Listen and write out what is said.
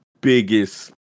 biggest